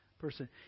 person